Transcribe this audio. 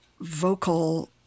vocal